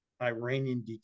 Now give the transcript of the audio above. Iranian